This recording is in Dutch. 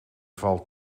valt